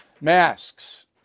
Masks